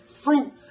fruit